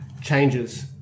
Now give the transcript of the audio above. changes